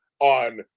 on